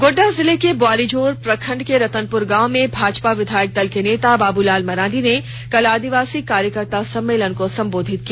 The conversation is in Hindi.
गोड्डा जिले के बोआरीजोर प्रखंड के रतनपुर गांव में भाजपा विधायक दल के नेता बाबूलाल मरांडी ने कल आदिवासी कार्यकर्ता सम्मेलन को संबोधित किया